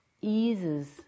eases